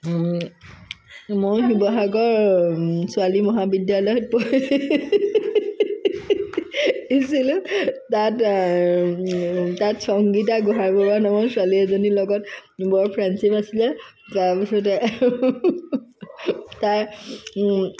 মই শিৱসাগৰ ছোৱালী মহাবিদ্যালয়ত পঢ়ি ছিলো তাত তাত সংগীতা গোহাঁইবৰুৱা নামৰ ছোৱালী এজনীৰ লগত বৰ ফ্ৰেণ্ডশ্বীপ আছিলে তাৰপিছতে তাই